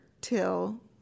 till